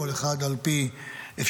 כל אחד על פי אפשרויותיו,